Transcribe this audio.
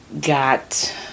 got